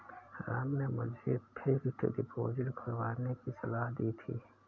राम ने मुझे fixed deposit खुलवाने की सलाह दी थी